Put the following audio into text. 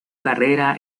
carrera